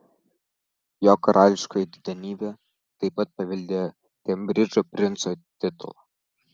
jo karališkoji didenybė taip pat paveldėjo kembridžo princo titulą